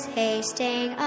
hasting